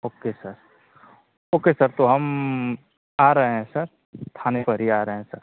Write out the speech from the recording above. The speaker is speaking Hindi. ओके सर ओके सर तो हम आ रहे हैं सर थाने पर ही आ रहे हैं सर